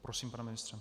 Prosím, pane ministře.